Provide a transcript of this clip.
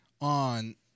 on